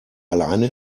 alleine